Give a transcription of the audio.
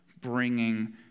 bringing